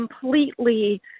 completely